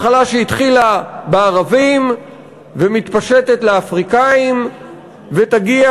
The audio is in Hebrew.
מחלה שהתחילה בערבים ומתפשטת לאפריקנים ותגיע